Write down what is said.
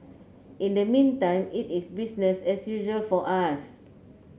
in the meantime it is business as usual for us